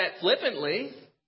flippantly